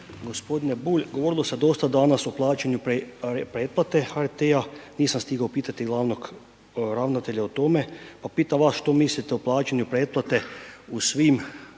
G. Bulj, govorilo se dosta danas o plaćanju preplate HRT-a, nisam stigao pitati glavnog ravnatelja o tome pa pitam vas što mislite o plaćanju preplate u svim